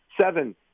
seven